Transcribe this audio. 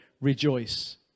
rejoice